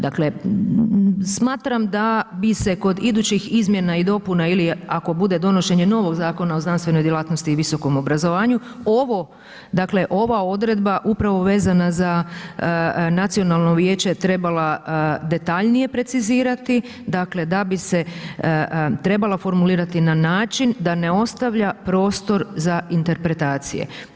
Dakle smatram da bi se kod idući izmjena i dobila ili ako bude donošenje novog Zakona o znanstvenoj djelatnosti i visokom obrazovanju, ova odredba upravo vezana za nacionalno vijeće trebala detaljnije precizirati, dakle da bi se trebala formulirati na način da ne ostavlja prostor za interpretacije.